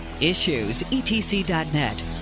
issuesetc.net